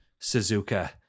Suzuka